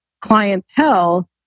clientele